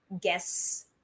guess